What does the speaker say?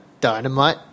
dynamite